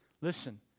listen